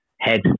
head